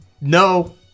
No